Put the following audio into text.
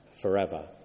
forever